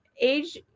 age